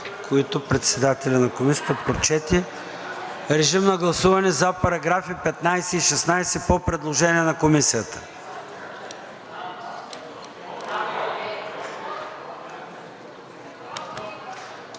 което председателят на Комисията прочете. Режим на гласуване за параграфи 15 и 16 по предложение на Комисията.